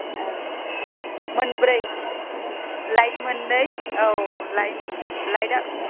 औ मोनब्रै लाइट मोन्नै औ लाइन लाइटा